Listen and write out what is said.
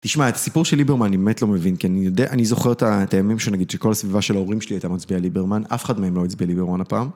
תשמע, את הסיפור של ליברמן אני באמת לא מבין, כי אני זוכר את הימים שכל הסביבה של ההורים שלי הייתה מצביעה ליברמן, אף אחד מהם לא הצביע ליברמן הפעם.